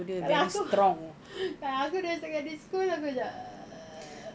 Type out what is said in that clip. kalau aku kalau aku dari secondary school aku dah err